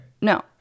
No